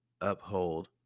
uphold